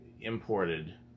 imported